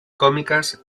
cómicas